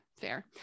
Fair